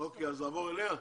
אוקיי, אז נעבור אליה.